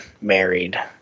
married